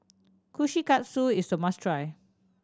kushikatsu is a must try